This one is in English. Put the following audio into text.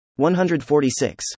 146